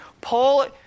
Paul